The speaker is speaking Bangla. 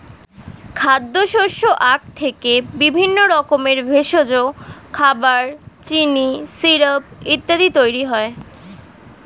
খাদ্যশস্য আখ থেকে বিভিন্ন রকমের ভেষজ, খাবার, চিনি, সিরাপ ইত্যাদি তৈরি হয়